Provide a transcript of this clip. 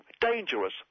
Dangerous